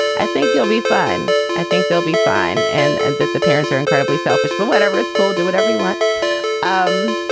i think you'll be fine. i think they'll be fine. and and that the parents are incredibly selfish. but whatever it's called, do whatever you want. um